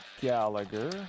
Gallagher